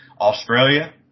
Australia